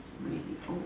really old